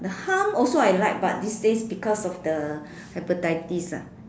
the hum also I like but these days because of the hepatitis ah